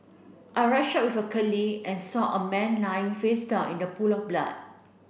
I rushed out with a colleague and saw a man lying face down in the pool of blood